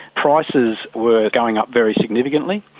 prices were going up very significantly,